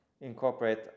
incorporate